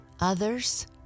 Others